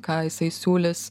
ką jisai siūlys